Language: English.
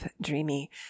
dreamy